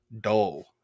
dull